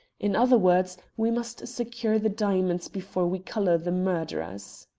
in other words, we must secure the diamonds before we collar the murderers.